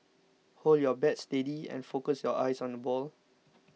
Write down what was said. hold your bat steady and focus your eyes on the ball